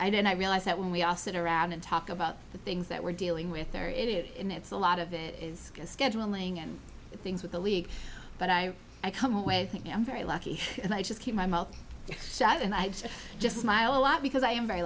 and i realize that when we all sit around and talk about the things that we're dealing with there it is in it's a lot of it is scheduling and things with the league but i come away thinking i'm very lucky and i just keep my mouth shut and i just smile a lot because i am very